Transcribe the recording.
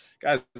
guys